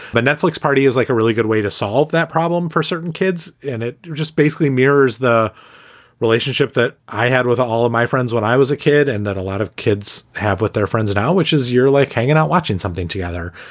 but netflix party is like a really good way to solve that problem for certain kids. and it just basically mirrors the relationship that i had with all of my friends when i was a kid and that a lot of kids have with their friends now, which is you're like hanging out, watching something together.